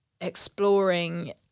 exploring